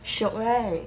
shiok right